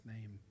name